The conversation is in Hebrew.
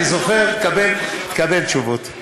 תקבל תשובות.